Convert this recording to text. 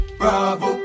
bravo